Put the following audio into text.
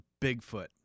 Bigfoot